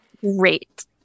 great